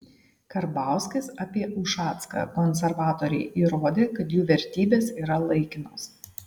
karbauskis apie ušacką konservatoriai įrodė kad jų vertybės yra laikinos